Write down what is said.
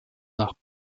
nach